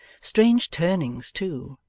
strange turnings too,